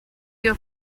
you